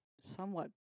somewhat